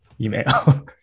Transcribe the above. email